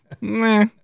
meh